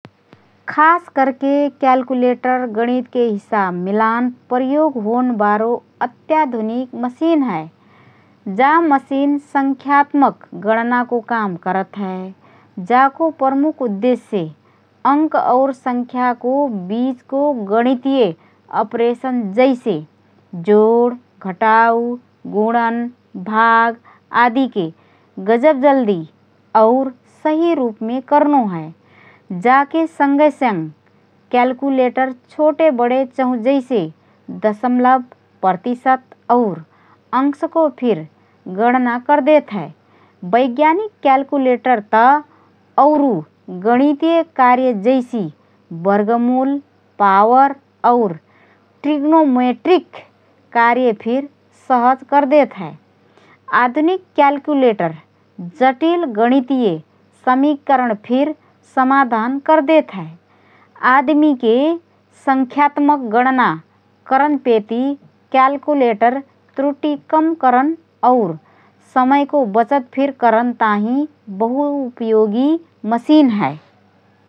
खास करके क्याल्कुलेटर गणितके हिसाब मिलान प्रयोग होनबारो अत्याधुनिक मसिन हए । जा मसिन संख्यात्मक गणनाको काम करत हए । जाको प्रमुख उद्देश्य अंक और संख्याको बीचको गणितीय अपरेसन जैसे: जोड, घटाउ, गुणन, भाग आदिके गजब जल्दी और सही रूपमे करनो हए । जाके सँगएसँग क्याल्कुलेटर छोटे बडे चाहुँ जैसे दसमलब, प्रतिशत और अंशको फिर गणना करदेत हए । वैज्ञानिक क्यालकुलेटर त औरु गणितीय कार्य जैसि: वर्गमूल, पावर और ट्रिग्नोमेट्रिक कार्य फिर सहजए करदेत हए । आधुनिक क्याल्कुलेटर जटिल गणितीय समीकरण फिर समाधान करदेत हए । आदमीके संख्यात्मक गणना करनपेति क्याल्कुलेटर त्रुटि कम करन और समयको बचत फिर करन ताहिँ बहुत उपयोगी मसिन हए ।